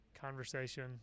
conversation